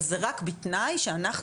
אבל זה רק בתנאי שאנחנו,